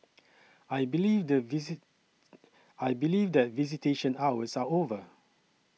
I believe the visit I believe that visitation hours are over